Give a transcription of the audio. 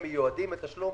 הם מיועדים לתשלום